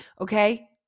okay